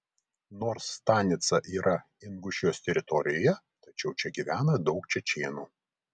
nors stanica yra ingušijos teritorijoje tačiau čia gyvena daug čečėnų